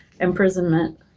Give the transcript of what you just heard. imprisonment